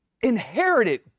inherited